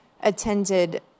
attended